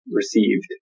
received